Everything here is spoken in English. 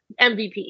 MVP